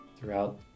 throughout